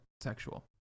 sexual